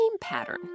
pattern